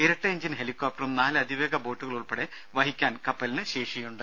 ഇരട്ട എഞ്ചിൻ ഹെലികോപ്റ്ററും നാല് അതിവേഗ ബോട്ടുകൾ ഉൾപ്പെടെ വഹിക്കാൻ കപ്പലിന് ശേഷിയുണ്ട്